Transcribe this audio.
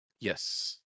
Yes